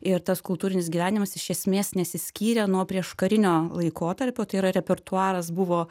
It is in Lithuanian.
ir tas kultūrinis gyvenimas iš esmės nesiskyrė nuo prieškarinio laikotarpio tai yra repertuaras buvo